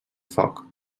foc